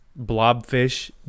blobfish